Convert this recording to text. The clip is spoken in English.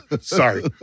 Sorry